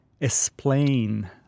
explain